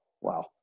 wow